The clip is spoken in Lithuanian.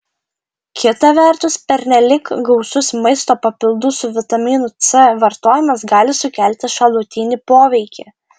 kita vertus pernelyg gausus maisto papildų su vitaminu c vartojimas gali sukelti šalutinį poveikį